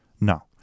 No